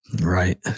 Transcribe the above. Right